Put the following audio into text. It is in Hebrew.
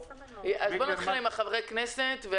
בואו נתחיל עם חברי הכנסת.